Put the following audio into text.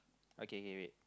okay okay okay wait